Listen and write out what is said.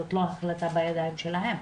זאת לא החלטה בידיים שלהם,